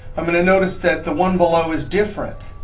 i'm gonna notice that the one below is different.